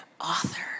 author